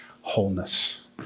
wholeness